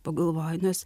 pagalvoju nes